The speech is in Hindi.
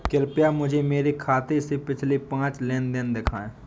कृपया मुझे मेरे खाते से पिछले पांच लेन देन दिखाएं